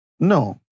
No